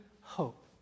hope